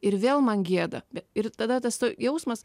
ir vėl man gėda ir tada tas jausmas